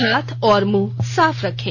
हाथ और मुंह साफ रखें